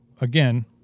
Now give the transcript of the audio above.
again